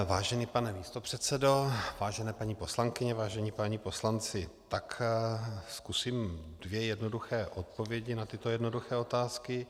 Vážený pane místopředsedo, vážená paní poslankyně, vážení páni poslanci, zkusím dvě jednoduché odpovědi na tyto jednoduché otázky.